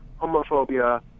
homophobia